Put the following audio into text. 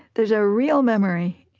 there's a real memory,